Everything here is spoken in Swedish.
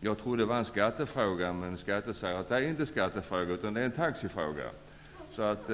Jag trodde tidigare att det var en skattefråga, men det faller nog in under det här området i stället.